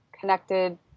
connected